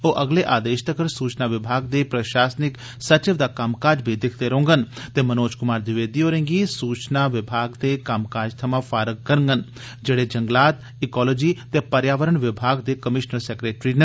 ओ अगले आदेष तगर सूचना विभाग दे प्रषासनिक सचिव दा कम्मकाज बी दिक्खगंन ते मनोज कुमार द्विवेदी होरें गी सूचना विभाग दे कम्मकाज थमां फारग करगंन जेह्ड़े जंगलात इकालोजी ते पर्यावरण विभाग दे कमीषनर सैक्रेटरी न